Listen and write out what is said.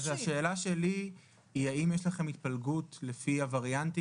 אז השאלה שלי היא האם יש לכם התפלגות לפי הווריאנטים?